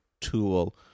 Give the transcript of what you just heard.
tool